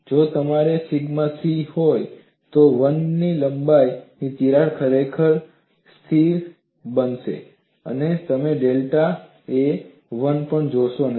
જો મારી પાસે સિગ્મા c હોય તો 1 ની લંબાઈનો તિરાડ ખરેખર અસ્થિર બની જશે તમે ડેલ્ટા એ 1 પણ જોશો નહીં